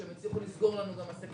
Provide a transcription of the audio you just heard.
שהם הצליחו לסגור לנו עסקים.